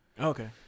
Okay